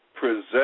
present